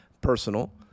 personal